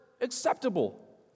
acceptable